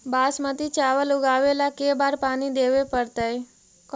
बासमती चावल उगावेला के बार पानी देवे पड़तै?